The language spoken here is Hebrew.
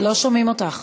לא שומעים אותך.